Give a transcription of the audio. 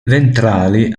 ventrali